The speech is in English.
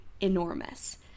enormous